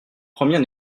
première